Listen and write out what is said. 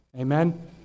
Amen